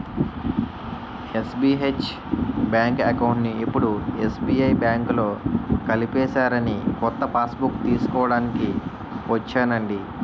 SBH bank అకౌంట్ని ఇప్పుడు SBI బాంకులో కలిపేసారని కొత్త పాస్బుక్కు తీస్కోడానికి ఒచ్చానండి